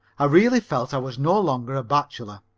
i really felt i was no longer a bachelor.